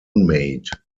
made